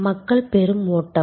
மக்கள் பெரும் ஓட்டம்